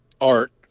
Art